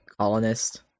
colonist